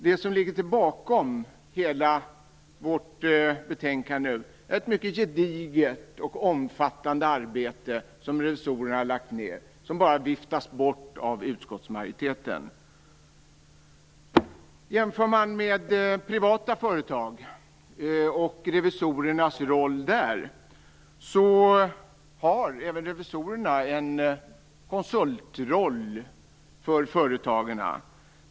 Det som ligger till grund för betänkandet är ett mycket gediget och omfattande arbete som revisorerna har lagt ned. Det viftas nu bara bort av utskottsmajoriteten. Om man jämför med revisorernas roll i privata företag har de en konsultroll.